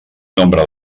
nombre